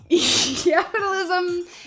Capitalism